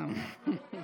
גם כשהיית חבר כנסת.